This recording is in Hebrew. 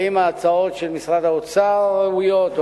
האם ההצעות של משרד האוצר ראויות,